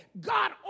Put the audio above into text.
God